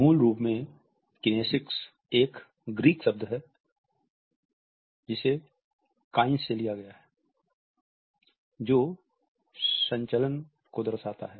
मूल रूप में किनेसिक्स एक ग्रीक शब्द काईन्स से लिया गया है जो संचलन को दर्शाता है